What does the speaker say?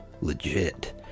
legit